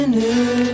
new